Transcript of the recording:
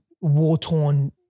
war-torn